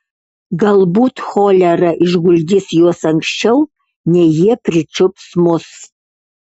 galbūt cholera išguldys juos anksčiau nei jie pričiups mus